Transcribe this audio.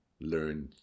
learn